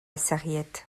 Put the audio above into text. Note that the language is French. sarriette